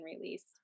released